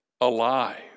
alive